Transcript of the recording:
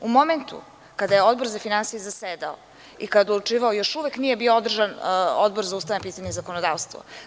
U momentu kada je Odbor za finansije zasedao i kada je odlučivao još uvek nije bio održan Odbor za ustavna pitanja i zakonodavstvo.